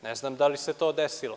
Ne znam da li se to desilo.